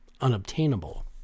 unobtainable